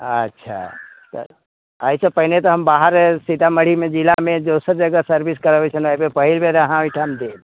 अच्छा एहिसँ पहिने तऽ हम बाहर सीतामढ़ीमे जिलामे दोसर जगहमे सर्विस करबै छलहुँ एहि बेर पहिल बेर अहाँ ओहिठाम देब